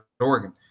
Oregon